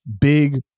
big